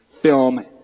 film